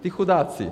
Ti chudáci.